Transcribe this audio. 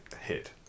hit